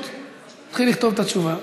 הוא התחיל לכתוב את התשובה,